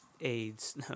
AIDS